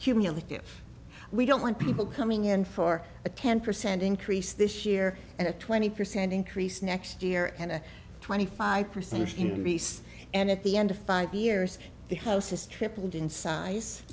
cumulative we don't want people coming in for a ten percent increase this year and a twenty percent increase next year and a twenty five percent increase and at the end of five years the house has tripled in size